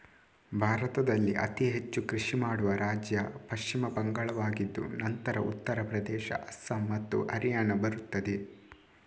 ಭಾರತದಲ್ಲಿ ಅತಿ ಹೆಚ್ಚು ಕೃಷಿ ಮಾಡುವ ರಾಜ್ಯ ಪಶ್ಚಿಮ ಬಂಗಾಳವಾಗಿದ್ದು ನಂತರ ಉತ್ತರ ಪ್ರದೇಶ, ಅಸ್ಸಾಂ ಮತ್ತು ಹರಿಯಾಣ ಬರುತ್ತದೆ